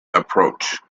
approach